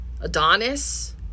Adonis